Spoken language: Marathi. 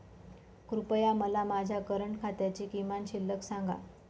कृपया मला माझ्या करंट खात्याची किमान शिल्लक सांगा